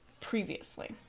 previously